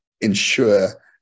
ensure